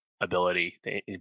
ability